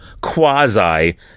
quasi